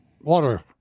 water